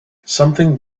something